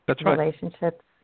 relationships